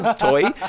toy